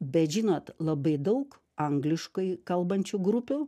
bet žinot labai daug angliškai kalbančių grupių